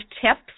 tips